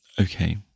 Okay